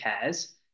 cares